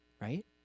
Right